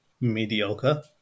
mediocre